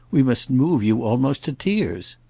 we must move you almost to tears.